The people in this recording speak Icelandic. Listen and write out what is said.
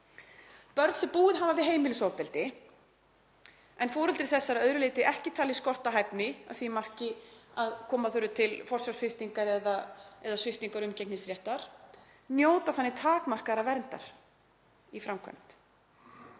Börn sem búið hafa við heimilisofbeldi en foreldri þess er að öðru leyti ekki talið skorta hæfni að því marki að koma þurfi til forsjársviptingar eða sviptingar umgengnisréttar njóta þannig takmarkaðrar verndar í framkvæmd.